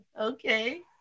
Okay